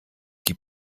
die